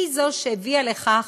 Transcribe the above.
הביאה לכך